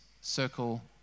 circle